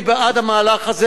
אני בעד המהלך הזה,